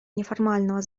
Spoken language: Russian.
неформального